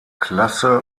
klasse